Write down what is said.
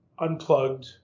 unplugged